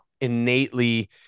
innately